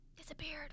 Disappeared